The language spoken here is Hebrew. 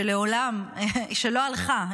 שמעולם לא הלכה,